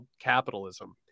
capitalism